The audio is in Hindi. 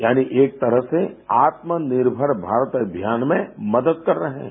यानि एक तरह से आत्मनिर्भर भारत अभियान में मदद कर रहे हैं